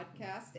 podcast